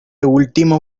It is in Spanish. último